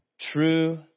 true